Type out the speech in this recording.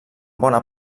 bona